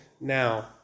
now